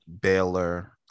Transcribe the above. Baylor